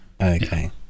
Okay